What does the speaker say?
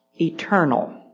eternal